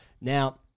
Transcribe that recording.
Now